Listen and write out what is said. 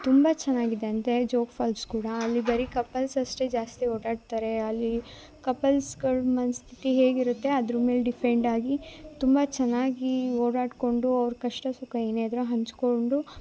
ತುಂಬ ಚೆನ್ನಾಗಿದೆ ಅಂತೇ ಜೋಗ ಫಾಲ್ಸ್ ಕೂಡ ಅಲ್ಲಿ ಬರಿ ಕಪಲ್ಸ್ ಅಷ್ಟೇ ಜಾಸ್ತಿ ಓಡಾಡ್ತರೆ ಅಲ್ಲಿ ಕಪಲ್ಸ್ಗಳು ಮನಸ್ತಿತಿ ಹೇಗಿರುತ್ತೆ ಅದ್ರ ಮೇಲೆ ಡಿಪೆಂಡಾಗಿ ತುಂಬ ಚೆನ್ನಾಗಿ ಓಡಾಡಿಕೊಂಡು ಅವ್ರ ಕಷ್ಟ ಸುಖ ಏನೇ ಇದ್ದರು ಹಂಚಿಕೊಂಡು